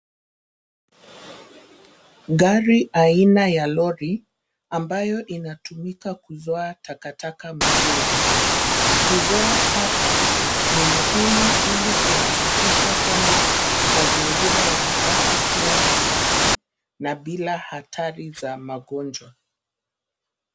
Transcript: Gari aina ya lori ambayo inatumika kuzoa takataka mjini. Kuzoa taka ni muhimu ili kuhakikisha kwamba mazingira yanabaki kuwa masafi na bila hatari za magonjwa.